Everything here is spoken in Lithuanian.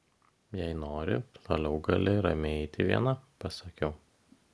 jei nori toliau gali ramiai eiti viena pasakiau